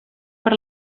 per